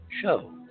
show